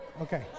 Okay